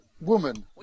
woman